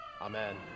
Amen